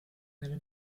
nelle